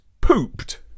pooped